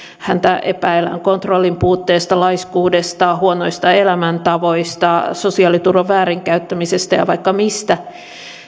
häntä epäillään kontrollin puutteesta laiskuudesta huonoista elämäntavoista sosiaaliturvan väärinkäyttämisestä ja vaikka mistä